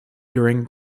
during